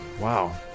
Wow